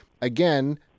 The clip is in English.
again